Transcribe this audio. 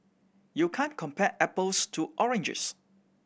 you can't compare apples to oranges